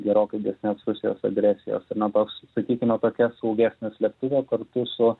gerokai didesnės rusijos agresijos ar ne toks sakykime tokia saugesnė slėptuvė kartu su